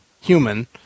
human